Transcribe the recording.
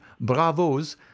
bravos